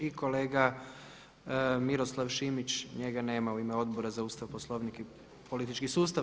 I kolega Miroslav Šimić, njega nema u ime Odbora za Ustav, Poslovnik i politički sustav.